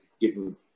given